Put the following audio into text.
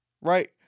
Right